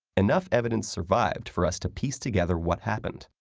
enough evidence survived for us to piece together what happened,